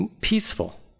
peaceful